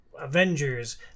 Avengers